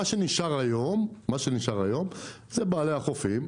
מה שנשאר היום זה בעלי החופים,